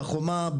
בחומה,